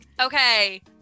Okay